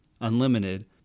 unlimited